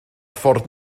ffordd